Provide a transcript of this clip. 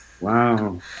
Wow